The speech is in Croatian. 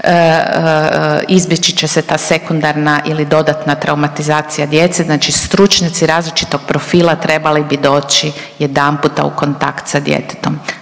izbjeći će se ta sekundarna ili dodatna traumatizacija djece, znači stručnjaci različitog profila trebali bi doći jedanputa u kontakt sa djetetom.